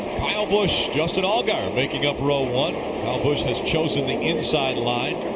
kyle busch, justin allgaier making up row one. kyle busch has chosen the inside line,